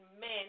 men